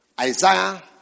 Isaiah